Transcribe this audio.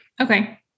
Okay